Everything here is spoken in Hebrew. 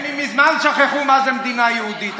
הם מזמן שכחו מה זו מדינה יהודית,